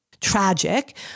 tragic